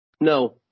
No